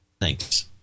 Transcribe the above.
thanks